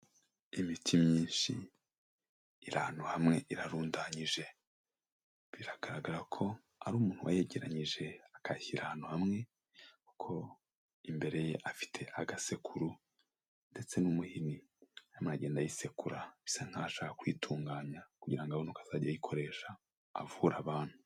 Imiti myinshi iri ahantu ahamwe irarundanyije, biragaragara ko ari umuntu wayegeranyije akayishyira ahantu hamwe, kuko imbere ye afite agasekuru ndetse n'umuhini arimo aragenda ayisekura bisa nkaho ashaka kuyitunganya kugira abone uko azajya ayikoresha avura abantu.